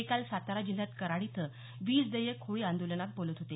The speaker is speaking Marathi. ते काल सातारा जिल्ह्यात कराड इथं वीज देयक होळी आंदोलनात बोलत होते